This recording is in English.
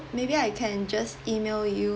maybe I can just email you